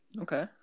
Okay